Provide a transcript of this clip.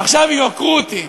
עכשיו יבקרו אותי,